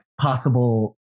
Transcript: possible